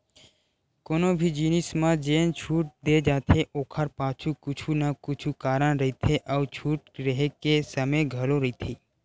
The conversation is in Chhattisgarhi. कोनो भी जिनिस म जेन छूट दे जाथे ओखर पाछू कुछु न कुछु कारन रहिथे अउ छूट रेहे के समे घलो रहिथे